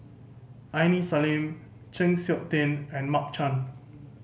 Aini Salim Chng Seok Tin and Mark Chan